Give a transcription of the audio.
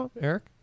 Eric